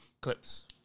clips